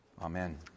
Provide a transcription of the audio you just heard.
Amen